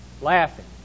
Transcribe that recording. laughing